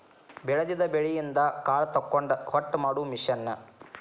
ಬೆಳದಿದ ಬೆಳಿಯಿಂದ ಕಾಳ ತಕ್ಕೊಂಡ ಹೊಟ್ಟ ಮಾಡು ಮಿಷನ್